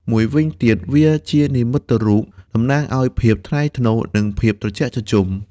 មួយវិញទៀត វាជានិមិត្តរូបតំណាងឱ្យភាពថ្លៃថ្នូរ និងភាពត្រជាក់ត្រជុំ។